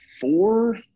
four –